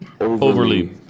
overly